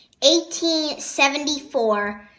1874